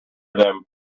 them